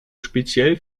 speziell